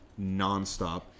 nonstop